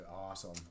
awesome